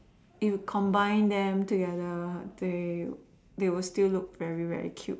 if combined them together they they will still look very very cute